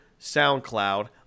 SoundCloud